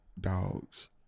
Dogs